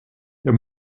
der